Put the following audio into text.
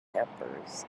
peppers